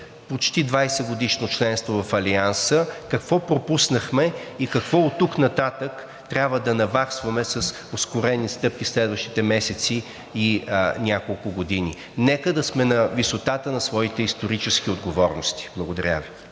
почти 20-годишно членство в Алианса. Какво пропуснахме и какво оттук нататък трябва да наваксваме с ускорени стъпки следващите месеци и няколко години? Нека да сме на висотата на своите исторически отговорности. Благодаря Ви.